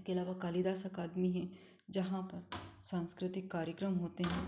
इसके अलावा कालिदास अकादमी है जहाँ पर सांस्कृतिक कार्यक्रम होते हैं